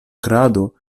krado